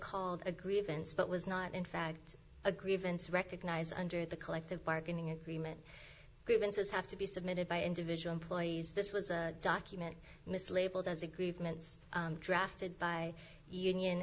called a grievance but was not in fact a grievance recognize under the collective bargaining agreement grievances have to be submitted by individual employees this was a document mislabeled as aggrievement drafted by union